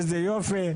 איזה יופי",